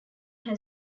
had